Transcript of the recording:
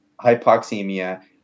hypoxemia